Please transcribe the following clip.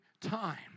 time